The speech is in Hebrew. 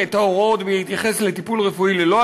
לא יינתן טיפול רפואי למטופל,